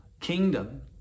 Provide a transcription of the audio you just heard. kingdom